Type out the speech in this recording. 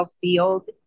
field